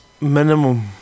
minimum